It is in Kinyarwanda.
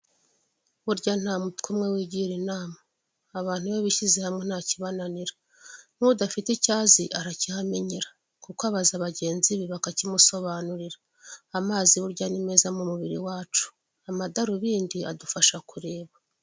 Burya nta mutwe umwe wigira inama abantu iyo bishyize hamwe ntakibananira n'udafite icyo azi arakihamenyera kuko abaza bagenzi be bakakimusobanurira amazi burya ni meza m'umubiri wacu amadarubindi adufasha kureba.